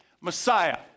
Messiah